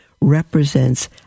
represents